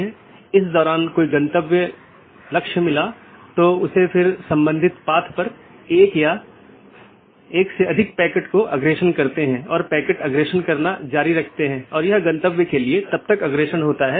तो इसके लिए कुछ आंतरिक मार्ग प्रोटोकॉल होना चाहिए जो ऑटॉनमस सिस्टम के भीतर इस बात का ध्यान रखेगा और एक बाहरी प्रोटोकॉल होना चाहिए जो इन चीजों के पार जाता है